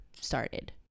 started